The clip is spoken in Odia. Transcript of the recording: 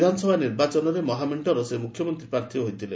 ବିଧାନସଭା ନିର୍ବାଚନରେ ମହାମେଣ୍ଟର ସେ ମୁଖ୍ୟମନ୍ତ୍ରୀ ପ୍ରାର୍ଥୀ ଥିଲେ